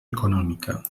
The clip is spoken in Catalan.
econòmica